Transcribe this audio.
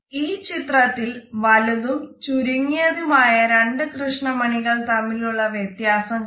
ഈ ചിത്രത്തിൽ വലുതും ചുരുങ്ങിയതും ആയ രണ്ട് കൃഷ്ണമണികൾ തമ്മിലുള്ള വ്യത്യാസം കാണാം